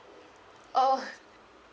oh